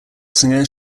singer